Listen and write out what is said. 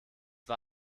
war